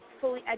fully